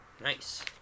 Nice